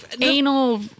anal